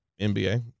NBA